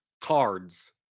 cards